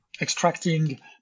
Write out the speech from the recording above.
extracting